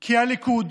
כי הליכוד,